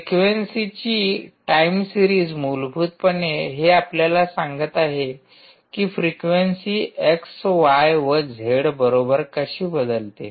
frequency ची time series मूलभूतपणे हे आपल्याला सांगत आहे की फ्रीक्वेंसी एक्स वाय व झेड बरोबर कशी बदलते